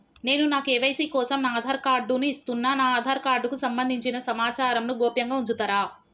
నేను నా కే.వై.సీ కోసం నా ఆధార్ కార్డు ను ఇస్తున్నా నా ఆధార్ కార్డుకు సంబంధించిన సమాచారంను గోప్యంగా ఉంచుతరా?